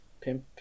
Pimp